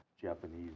Japanese